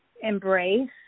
embrace